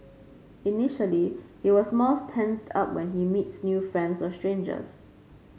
initially it was more tensed up when he meets new friends or strangers